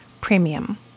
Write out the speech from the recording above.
Premium